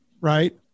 right